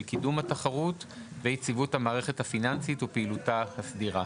קידום התחרות ויציבות המערכת הפיננסית ופעילותה הסדירה.".